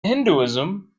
hinduism